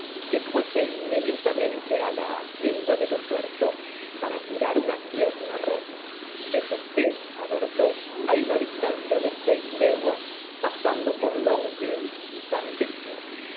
que fuese inmediatamente á la hacienda de los bertaux para curar una pierna rota de tostes á bertaux hay una distancia de seis leguas pasando por longueville y un víctor